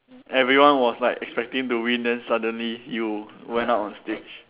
everyone was like expecting to win then suddenly you went up on stage